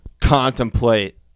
contemplate